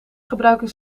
gebruiken